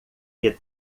que